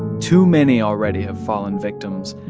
too many already have fallen victims,